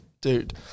dude